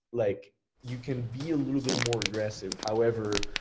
like you can be a little bit more aggressive, however,